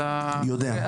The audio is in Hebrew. אני יודע.